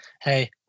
Hey